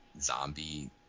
zombie